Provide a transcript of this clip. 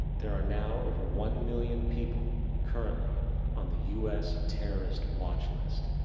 there are now over one million people currently on the us terrorist watch list.